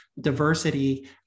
diversity